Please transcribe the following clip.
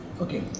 Okay